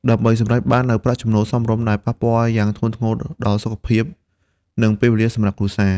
ដើម្បីសម្រេចបាននូវប្រាក់ចំណូលសមរម្យ ដែលប៉ះពាល់យ៉ាងធ្ងន់ធ្ងរដល់សុខភាព និងពេលវេលាសម្រាប់គ្រួសារ។